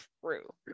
true